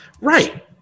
right